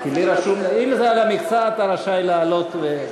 אם זה על המכסה אתה רשאי לעלות.